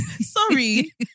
Sorry